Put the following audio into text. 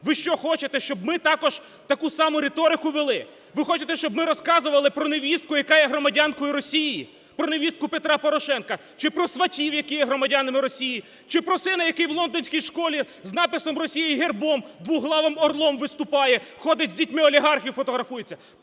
Ви що, хочете, щоб ми також таку саму риторику вели? Ви хочете, щоб ми розказували про невістку, яка є громадянкою Росії – про невістку Петра Порошенка, чи про сватів, які є громадянами Росії, чи про сина, який у лондонській школі з написом "Росія" і гербом – двоголовим орлом виступає, ходить з дітьми олігархів, фотографується?